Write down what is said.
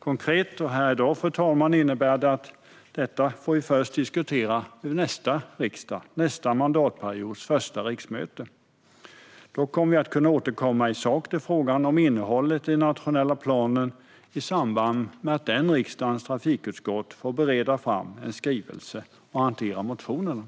Konkret och här i dag, fru talman, innebär det att vi får diskutera detta först i nästa riksdag, under nästa mandatperiods första riksmöte. Då kommer vi att kunna återkomma i sak till frågan om innehållet i den nationella planen i samband med att den riksdagens trafikutskott får bereda regeringens skrivelse och hantera motionerna.